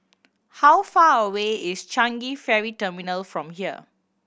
how far away is Changi Ferry Terminal from here